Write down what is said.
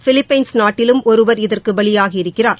Philippines நாட்டிலும் ஒருவர் இதற்கு பலியாகி இருக்கிறார்